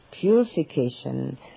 purification